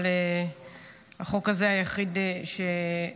אבל החוק הזה הוא היחיד שהעליתי.